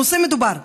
הנושא מדובר,